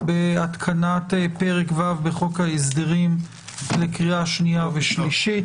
בהתקנת פרק ו' בחוק ההסדרים לקריאה שנייה ושלישית.